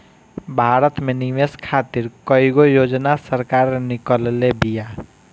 भारत में निवेश खातिर कईगो योजना सरकार निकलले बिया